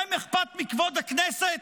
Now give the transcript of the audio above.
לכם אכפת מכבוד הכנסת?